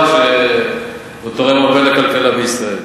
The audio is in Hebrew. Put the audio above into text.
שתורם הרבה לכלכלה בישראל.